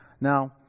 Now